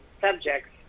subjects